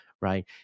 right